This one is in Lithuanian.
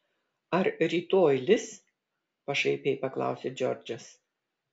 ar rytoj lis pašaipiai paklausė džordžas